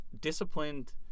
disciplined